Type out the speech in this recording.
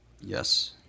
Yes